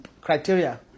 criteria